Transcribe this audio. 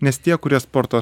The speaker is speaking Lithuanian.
nes tie kurie sporto